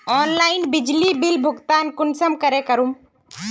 Online बिजली bill भुगतान कुंसम करे करूम?